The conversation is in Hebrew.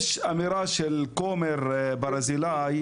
יש אמירה של כומר ברזילאי,